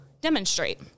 demonstrate